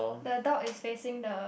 the dog is facing the